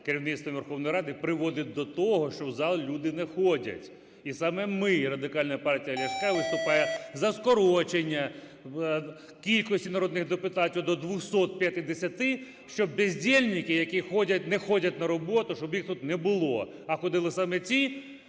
керівництвом Верховної Ради приводить до того, що в зал люди не ходять. І саме ми, Радикальна партія Ляшка, виступає за скорочення кількості народних депутатів до 250, щоб бездєльніки, які не ходять на роботу, щоб їх тут не було. А ходили саме ті,